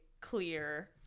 clear